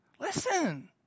Listen